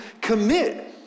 commit